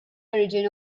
origin